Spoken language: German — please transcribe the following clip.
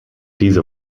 diese